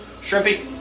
Shrimpy